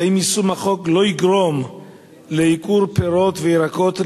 האם יישום החוק לא יגרום לייקור פירות וירקות לצריכה,